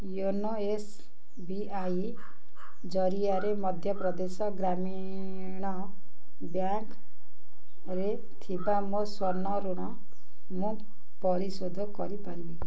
YONO S B I ଜରିଆରେ ମଧ୍ୟପ୍ରଦେଶ ଗ୍ରାମୀଣ ବ୍ୟାଙ୍କ୍ରେ ଥିବା ମୋ ସ୍ଵର୍ଣ୍ଣ ଋଣ ମୁଁ ପରିଶୋଧ କରିପାରିବି କି